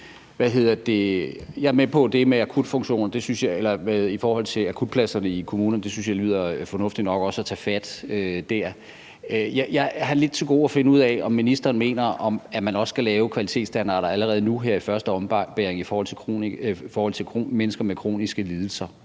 Jeg er med på det med akutpladserne i kommunerne. Det synes jeg lyder fornuftigt nok, altså også at tage fat der. Jeg har lidt til gode at finde ud af, om ministeren mener, at man også skal lave kvalitetsstandarder allerede nu her i første omgang i forhold til mennesker med kroniske lidelser.